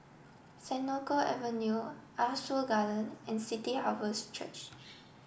Senoko Avenue Ah Soo Garden and City Harvest Church